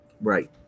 Right